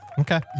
Okay